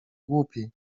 głupi